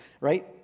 right